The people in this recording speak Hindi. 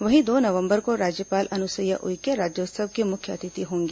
वहीं दो नवम्बर को राज्यपाल अनुसुईया उइके राज्योत्सव की मुख्य अतिथि होंगी